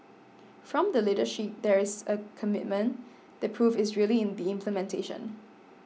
from the leadership there is a commitment the proof is really in the implementation